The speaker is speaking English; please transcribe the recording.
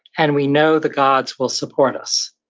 and we know the gods will support us.